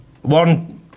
One